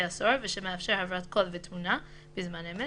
הסוהר ושמאפשר העברת קול ותמונה בזמן אמת,